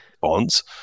bonds